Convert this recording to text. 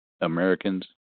Americans